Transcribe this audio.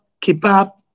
kebab